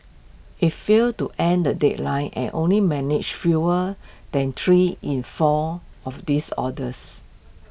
IT failed to end the deadline and only managed fewer than three in four of these orders